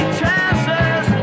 chances